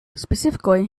specifically